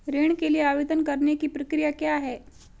ऋण के लिए आवेदन करने की प्रक्रिया क्या है?